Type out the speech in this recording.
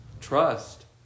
Trust